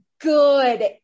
good